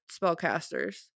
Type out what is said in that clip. spellcasters